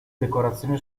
decorazione